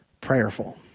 prayerful